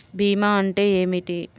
భీమా అంటే ఏమిటి?